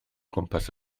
gwmpas